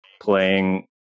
playing